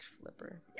Flipper